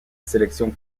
sélection